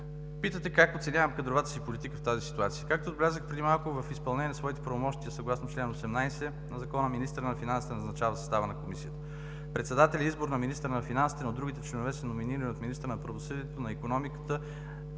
Питате как оценявам кадровата си политика в тази институция? Както отбелязах преди малко, в изпълнение на своите правомощия съгласно чл. 18, ал. 1 от Закона за хазарта министърът на финансите назначава състава на Комисията. Председателят е избор на министъра на финансите, но другите членове са номинирани от министъра на правосъдието, министъра